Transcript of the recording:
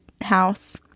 house